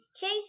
Chase